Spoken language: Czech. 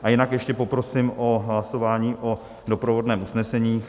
A jinak ještě poprosím o hlasování o doprovodném usnesení.